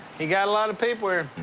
he got a lot of people here.